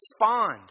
respond